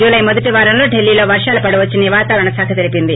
July మొదటివారంలో ఢిల్లీలో వర్షాలు పడవచ్చని వాతావరణ శాఖ తెలిపింది